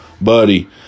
Buddy